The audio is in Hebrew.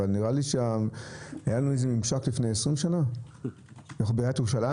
אבל נראה שהיה לנו איזה מימשק לפני 20 שנה בעיריית ירושלים?